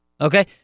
Okay